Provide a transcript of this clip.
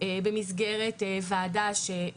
במסגרת ועדה של,